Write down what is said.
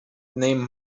name